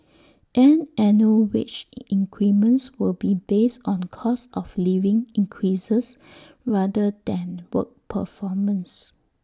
and annual wage increments will be based on cost of living increases rather than work performance